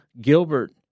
Gilbert